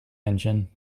engine